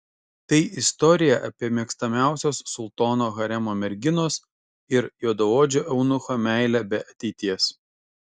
tai istorija apie mėgstamiausios sultono haremo merginos ir juodaodžio eunucho meilę be ateities